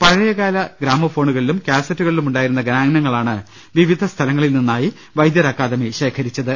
പഴയകാല ഗ്രാമഫോണുകളിലും കാസറ്റുകളിലും ഉണ്ടായിരുന്ന ഗാനങ്ങളാണ് വിവിധ സ്ഥലങ്ങളിൽ നിന്നായി വൈദ്യർ അക്കാദമി ശേഖരിച്ചത്